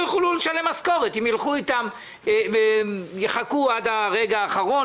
יוכלו לשלם משכורת אם יחכו עד לרגע האחרון.